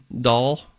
doll